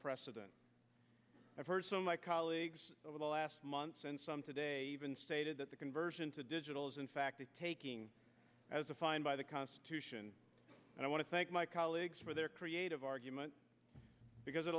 precedent i've heard so my colleagues over the last months and some today even stated that the conversion to digital is in fact taking as a fine by the constitution and i want to thank my colleagues for their creative argument because it